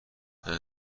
همه